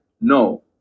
No